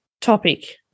topic